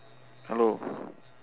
hello